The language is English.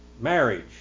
Marriage